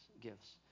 gifts